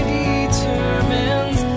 determines